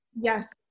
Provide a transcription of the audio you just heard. Yes